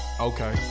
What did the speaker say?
Okay